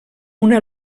una